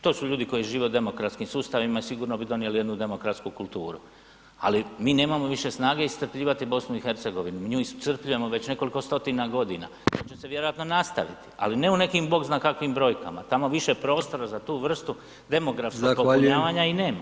To su ljudi koji žive u demokratskim sustavima i sigurno bi donijeli jednu demokratsku kulturu, ali mi nemamo više snage iscrpljivati BiH, mi nju iscrpljujemo već nekoliko stotina godina, to će se vjerojatno nastaviti, ali ne u nekim bog zna kakvim brojkama, tamo više prostora za tu vrstu demografskog popunjavanja i nema.